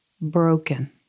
broken